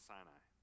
Sinai